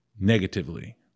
negatively